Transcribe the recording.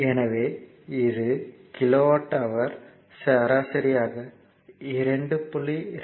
எனவே இது ஒரு கிலோவாட் ஹவர்க்கு சராசரியாக 2